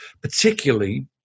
particularly